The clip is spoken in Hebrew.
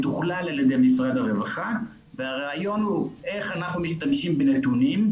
מתוכלל על ידי משרד הרווחה והרעיון הוא איך אנחנו משתמשים בנתונים,